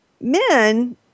men